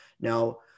Now